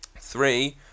Three